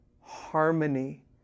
harmony